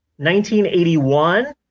1981